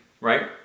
right